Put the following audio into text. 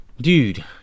dude